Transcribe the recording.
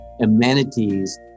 amenities